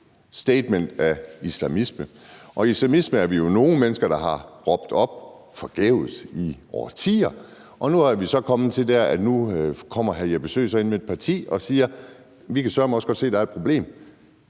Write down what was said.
statement af islamisme. Og islamisme er vi jo nogle mennesker der har råbt forgæves op om i årtier, og nu er vi så kommet dertil, hvor hr. Jeppe Søe så kommer ind med et parti og siger, at man søreme også godt kan se, at der er et problem,